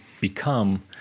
become